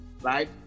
right